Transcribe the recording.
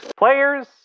Players